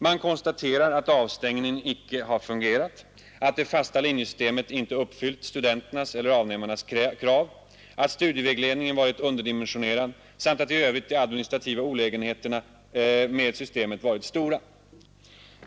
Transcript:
Man konstaterar att avstängningen icke har fungerat, att det fasta linjesystemet inte uppfyllt studenternas eller avnämarnas krav, att studievägledningen varit underdimensionerad samt att i övrigt de administrativa olägenheterna med systemet varit stora.